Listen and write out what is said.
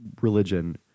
religion